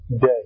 day